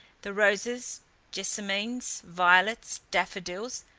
the roses jessamines, violets, daffodils,